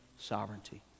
sovereignty